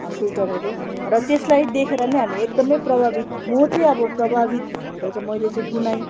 सुइटरहरू र त्यसलाई देखेर नै हामी एकदमै प्रभावित म चाहिँ अब प्रभावित भएर चाहिँ मैले चाहिँ बुनाई